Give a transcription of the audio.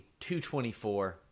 224